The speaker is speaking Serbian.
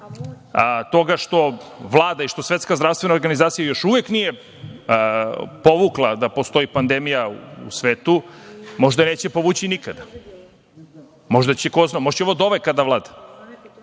toga što Vlada i što Svetska zdravstvena organizacija još uvek nije povukla da postoji pandemija u svetu, možda je neće povući nikada, možda će ovo doveka da vlada.